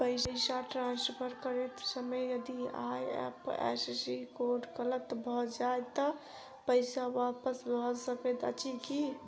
पैसा ट्रान्सफर करैत समय यदि आई.एफ.एस.सी कोड गलत भऽ जाय तऽ पैसा वापस भऽ सकैत अछि की?